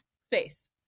Space